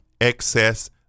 excess